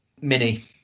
mini